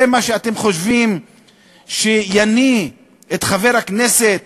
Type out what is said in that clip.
זה מה שאתם חושבים שיניא את חבר הכנסת